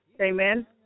Amen